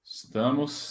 Estamos